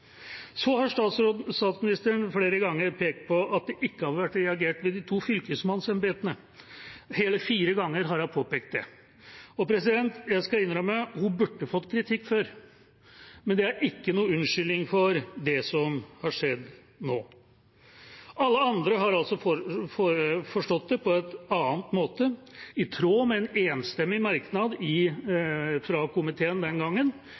Statsministeren har flere ganger pekt på at det ikke har vært reagert ved de to fylkesmannsembetene. Hele fire ganger har hun påpekt det. Jeg skal innrømme at hun burde fått kritikk før, men det er ingen unnskyldning for det som har skjedd nå. Alle andre har altså forstått det på en annen måte, i tråd med en enstemmig merknad fra komiteen den gangen,